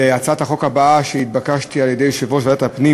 להצעת החוק הבאה שהתבקשתי על-ידי יושב-ראש ועדת הפנים